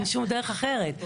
אין שום דרך אחרת.